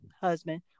husband